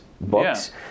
books